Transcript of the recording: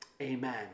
Amen